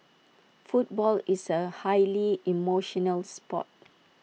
football is A highly emotional Sport